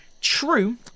true